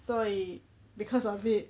所以 because of it